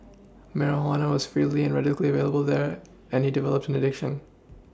marijuana was freely and readily available there and he developed an addiction